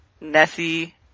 Nessie